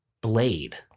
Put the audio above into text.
Blade